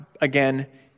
again